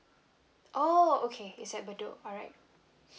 oh okay it's at bedok alright